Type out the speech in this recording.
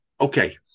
Okay